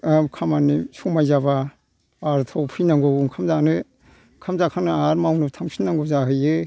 खामानि समाय जाबा बार'थायाव फैनांगौ ओंखाम जानो ओंखाम जाखांनानै आरो मावनो थांफिननांगौ जाहैयो